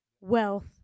wealth